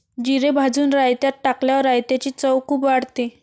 जिरे भाजून रायतात टाकल्यावर रायताची चव खूप वाढते